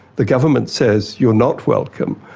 the government says you're not welcome,